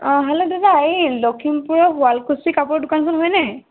অঁ হেল্ল' দাদা এই লখিমপুৰৰ শুৱালকুছি কাপোৰৰ দোকানখন হয় নে